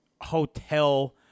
hotel